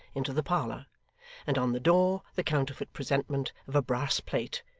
into the parlour and on the door the counterfeit presentment of a brass plate,